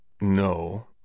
No